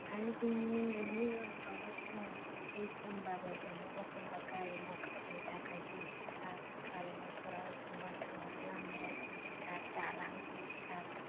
आरो बेनि इनि उनफ्रावबो जोङो दै सेमबाबो जोङो अखमबा गारि मटरनि थाखाय दिस्थाब गारि मटरा अखमबा थाङा लामाया दिस्थाब दालां दिस्थाब